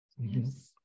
Yes